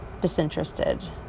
disinterested